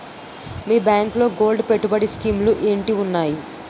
మీ బ్యాంకులో గోల్డ్ పెట్టుబడి స్కీం లు ఏంటి వున్నాయి?